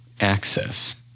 access